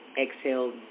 exhale